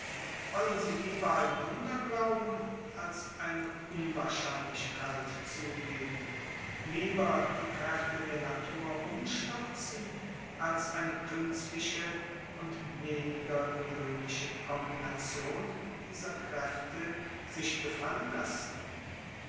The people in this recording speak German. wollen sie lieber ein wunder glauben als eine unwahrscheinlichkeit zugeben lieber die kräfte der natur umstürzen als eine künstliche und weniger gewöhnliche kombination dieser kräfte sich gefallen lassen